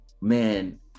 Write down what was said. man